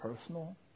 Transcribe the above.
personal